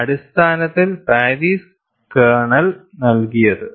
അതിനാൽ അടിസ്ഥാനത്തിൽ പാരീസാണ് കേർണൽ നൽകിയത്